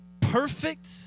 perfect